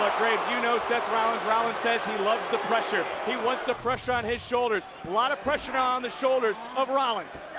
graves, you know seth rollins, rollins says he loves the pressure. he wants the pressure on his shoulders, a lot of pressure on the shoulders of rollins.